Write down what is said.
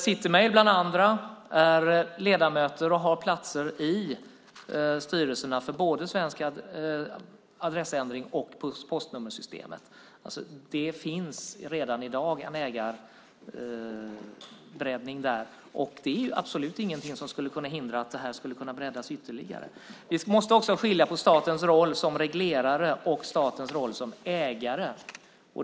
Vi vet att bland andra City Mail har ledamöter och platser i styrelserna för både Svensk Adressändring och postnummersystemet. Det finns alltså redan i dag en ägarbreddning där, och det finns absolut ingenting som hindrar att det här skulle kunna breddas ytterligare. Vi måste skilja på statens roll som reglerare och statens roll som ägare.